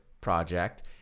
project